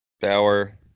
Bauer